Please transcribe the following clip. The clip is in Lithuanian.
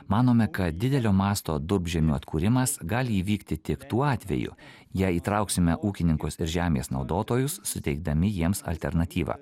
manome kad didelio masto durpžemio atkūrimas gali įvykti tik tuo atveju jei įtrauksime ūkininkus ir žemės naudotojus suteikdami jiems alternatyvą